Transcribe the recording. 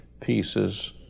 pieces